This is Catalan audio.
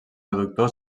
reductor